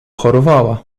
chorowała